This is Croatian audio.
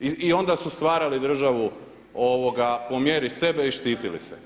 I onda su stvarali državu po mjeri sebe i štitili se.